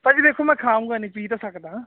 ਭਾਜੀ ਦੇਖੋ ਮੈਂ ਖਾਊਂਗਾ ਨਹੀਂ ਪੀ ਤਾਂ ਸਕਦਾਂ